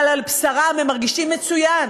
אבל על בשרם הם מרגישים מצוין